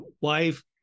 wife